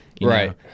Right